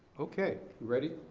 okay, ready.